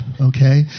okay